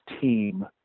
team